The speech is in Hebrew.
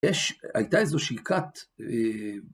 יש, הייתה איזושהי כת